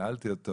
שאלתי אותו: